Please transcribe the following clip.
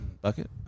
Bucket